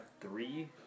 three